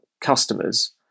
customers